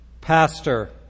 pastor